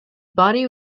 body